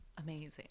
amazing